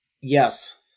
Yes